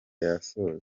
yasojwe